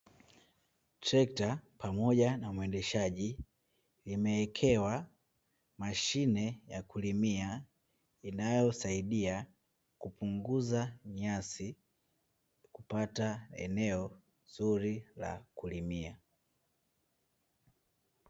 Trekta pamoja na mwendeshaji limewekewa mashine ya kulimia, linalosaidia kupunguza nyasi kupata eneo zuri la kulimia.